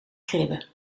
kribbe